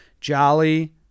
Jolly